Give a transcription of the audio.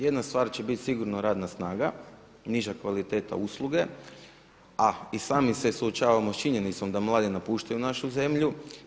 Jedna stvar će biti sigurno radna snaga, niža kvaliteta usluge a i sami se suočavamo sa činjenicom da mladi napuštaju našu zemlju.